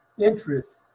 interests